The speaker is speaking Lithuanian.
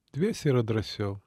dviese yra drąsiau